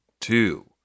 two